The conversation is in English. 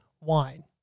wine